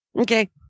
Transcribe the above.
Okay